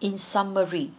in summary